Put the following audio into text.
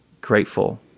grateful